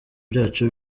byacu